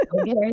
okay